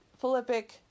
Philippic